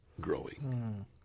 growing